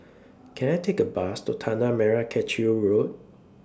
Can I Take A Bus to Tanah Merah Kechil Road